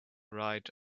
right